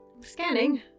Scanning